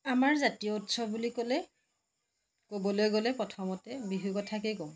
আমাৰ জাতীয় উৎসৱ বুলি ক'লে ক'বলৈ গ'লে প্ৰথমতে বিহুৰ কথাকেই ক'ম